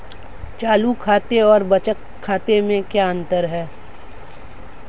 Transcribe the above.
चालू खाते और बचत खाते में क्या अंतर है?